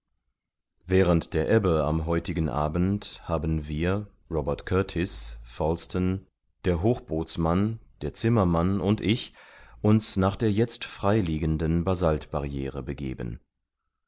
während der ebbe am heutigen abend haben wir robert kurtis falsten der hochbootsmann der zimmermann und ich uns nach der jetzt freiliegenden basaltbarriere begeben